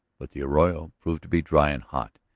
but the arroyo proved to be dry and hot,